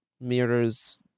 mirrors